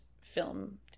film